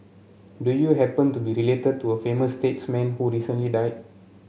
do you happen to be related to a famous statesman who recently died